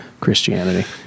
Christianity